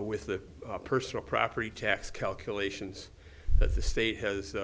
with the personal property tax calculations that the state has